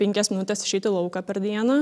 penkias minutes išeit į lauką per dieną